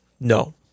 No